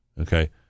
Okay